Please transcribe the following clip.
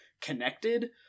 connected